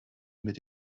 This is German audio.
mit